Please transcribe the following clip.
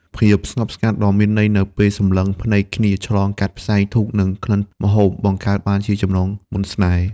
ភាពស្ងប់ស្ងាត់ដ៏មានន័យនៅពេលសម្លឹងភ្នែកគ្នាឆ្លងកាត់ផ្សែងធូប និងក្លិនម្ហូប បង្កើតបានជាចំណងមន្តស្នេហ៍។